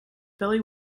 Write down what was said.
billy